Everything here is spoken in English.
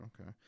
Okay